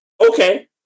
Okay